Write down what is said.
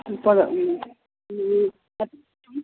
മുപ്പത് മ്മ് മ്മ്